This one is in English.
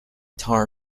tar